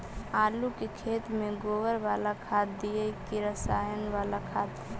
आलू के खेत में गोबर बाला खाद दियै की रसायन बाला खाद?